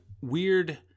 weird